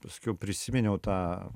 paskiau prisiminiau tą